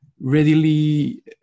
readily